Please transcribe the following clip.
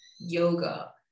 yoga